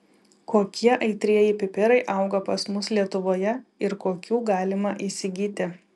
kokie aitrieji pipirai auga pas mus lietuvoje ir kokių galima įsigyti